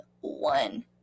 one